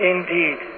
Indeed